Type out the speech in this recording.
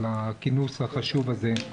על הכינוס החשוב הזה.